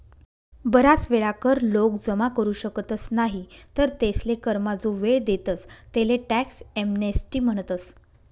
बराच वेळा कर लोक जमा करू शकतस नाही तर तेसले करमा जो वेळ देतस तेले टॅक्स एमनेस्टी म्हणतस